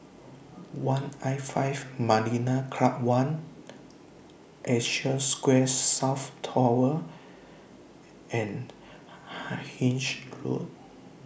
one'L five Marina Club one Asia Square South Tower and Hythe Road